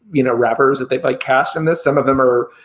you know, rappers that they like cast in this. some of them are,